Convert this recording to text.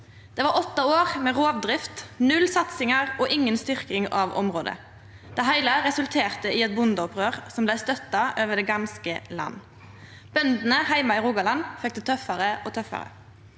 vore åtte år med rovdrift, null satsing og inga styrking av området. Det heile resulterte i eit bondeopprør som blei støtta over det ganske land. Bøndene heime i Rogaland fekk det tøffare og tøffare.